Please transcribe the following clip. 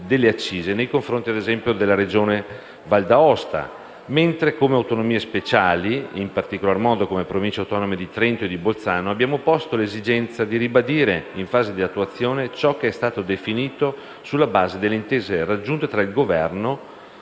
al 2014, nei confronti ad esempio della Regione Val D'Aosta. Mentre, come autonomie speciali, in particolar modo come Province autonome di Trento e di Bolzano, abbiamo posto l'esigenza di ribadire, in fase di attuazione, ciò che è stato definito sulla base delle intese raggiunte fra Governo,